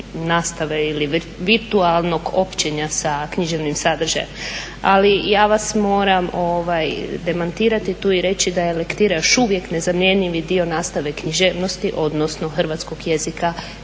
nastave ili virtualnog općenja sa književnim sadržajem. Ali ja vas moram demantirati tu i reći da je lektira još uvijek nezamjenjivi dio nastave književnosti, odnosno hrvatskog jezika